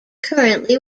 currently